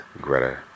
Greta